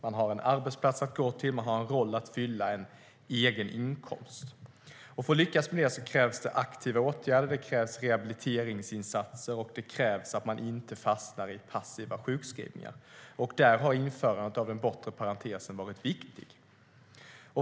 Den har en arbetsplats att gå till, en roll att fylla och en egen inkomst. För att lyckas med det krävs det aktiva åtgärder, rehabiliteringsinsatser och att människor inte fastnar i passiva sjukskrivningar. Där har införandet av den bortre parentesen varit viktig.